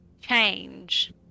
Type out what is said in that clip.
change